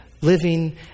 living